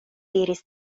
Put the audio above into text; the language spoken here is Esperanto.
diris